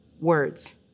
words